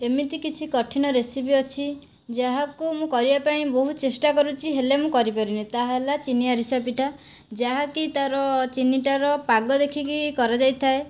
ଏମିତି କିଛି କଠିନ ରେସିପି ଅଛି ଯାହାକୁ ମୁଁ କରିବା ପାଇଁ ବହୁ ଚେଷ୍ଟା କରୁଛି ହେଲେ ମୁଁ କରିପାରୁନି ତାହା ହେଲା ଚିନି ଆରିସା ପିଠା ଯାହାକି ତାର ଚିନିଟାର ପାଗ ଦେଖିକି କରା ଯାଇଥାଏ